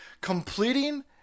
completing